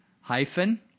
hyphen